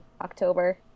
October